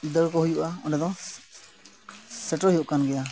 ᱫᱟᱹᱲ ᱠᱚ ᱦᱩᱭᱩᱜᱼᱟ ᱚᱸᱰᱮ ᱫᱚ ᱥᱮᱴᱮᱨ ᱦᱩᱭᱩᱜ ᱠᱟᱱ ᱜᱮᱭᱟ